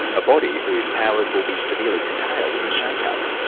a body whose powers will be severely curtailed in the shake-up.